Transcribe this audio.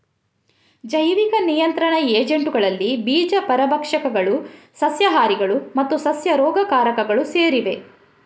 ಜೈವಿಕ ನಿಯಂತ್ರಣ ಏಜೆಂಟುಗಳಲ್ಲಿ ಬೀಜ ಪರಭಕ್ಷಕಗಳು, ಸಸ್ಯಹಾರಿಗಳು ಮತ್ತು ಸಸ್ಯ ರೋಗಕಾರಕಗಳು ಸೇರಿವೆ